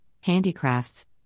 handicrafts